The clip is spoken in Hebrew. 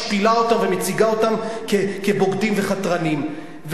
משפילה אותם ומציגה אותם כבוגדים וחתרנים.